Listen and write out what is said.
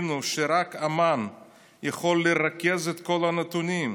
הבינו שרק אמ"ן יכול לרכז את כל הנתונים,